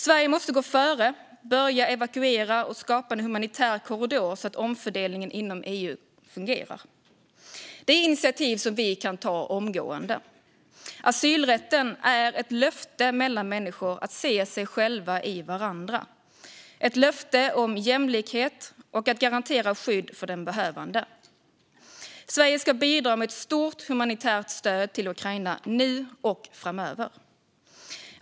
Sverige måste gå före och börja evakuera och skapa en humanitär korridor så att omfördelningen inom EU fungerar. Det är initiativ som vi kan ta omgående. Asylrätten är ett löfte mellan människor att se sig själva i varandra, ett löfte om jämlikhet och att garantera skydd för den behövande. Sverige ska bidra med ett stort humanitärt stöd till Ukraina nu och framöver.